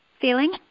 feeling